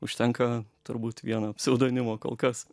užtenka turbūt vieno pseudonimo kol kas